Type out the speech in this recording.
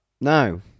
No